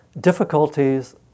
Difficulties